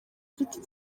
giti